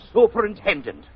superintendent